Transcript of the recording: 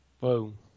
Boom